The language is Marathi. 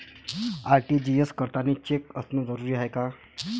आर.टी.जी.एस करतांनी चेक असनं जरुरीच हाय का?